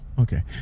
Okay